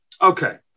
okay